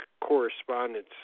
correspondence